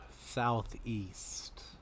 southeast